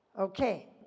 Okay